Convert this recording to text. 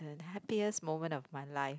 the happiest moment of my life